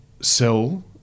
sell